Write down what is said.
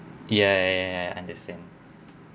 ya ya ya ya I understand